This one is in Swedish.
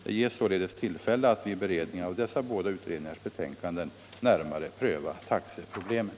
Det ges således tillfälle att vid be redningen av dessa båda utredningars betänkanden närmare pröva taxeproblemet.